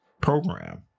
program